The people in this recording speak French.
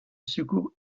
secours